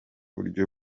buryo